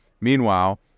Meanwhile